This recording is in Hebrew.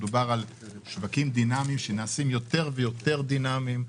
מדובר על שווקים דינאמיים שנעשים יותר ויותר דינאמיים.